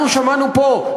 אנחנו שמענו פה,